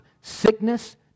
sickness